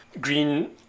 green